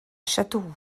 châteauroux